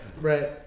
right